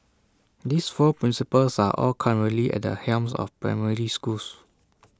these four principals are all currently at the helm of primary schools